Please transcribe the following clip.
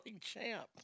Champ